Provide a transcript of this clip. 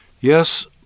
Yes